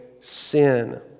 sin